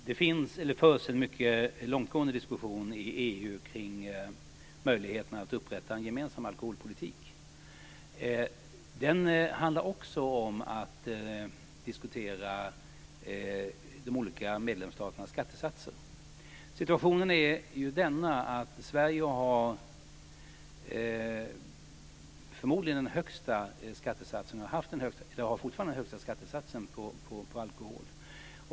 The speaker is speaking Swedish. Herr talman! Det förs en mycket långtgående diskussion i EU när det gäller möjligheten att upprätta en gemensam alkoholpolitik. Den handlar också om att diskutera de olika medlemsstaternas skattesatser. Sverige har den förmodligen högsta skattesatsen på alkohol.